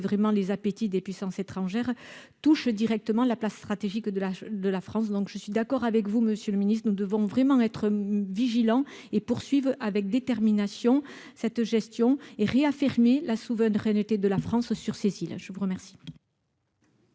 vraiment les appétits des puissances étrangères touche directement la place stratégique de la de la France, donc je suis d'accord avec vous Monsieur le Ministre, nous devons vraiment être vigilant et poursuivre avec détermination cette gestion et réaffirmer la souveraineté de la France sur Cécile je vous remercie.